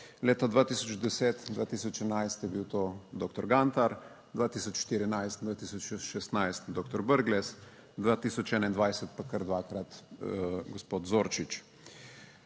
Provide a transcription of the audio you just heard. Leta 2010, 2011 je bil to doktor Gantar, 2014, 2016 doktor Brglez, 2021 pa kar dvakrat gospod Zorčič.